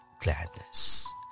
gladness